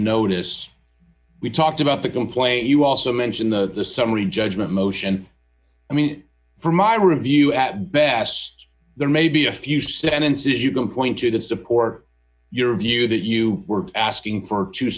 notice we talked about the complaint you also mentioned that the summary judgment motion i mean for my review at best there may be a few sentences you can point to to support your view that you were asking for two